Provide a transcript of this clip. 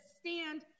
stand